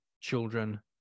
children